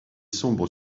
sombre